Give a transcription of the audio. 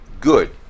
Good